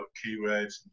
keywords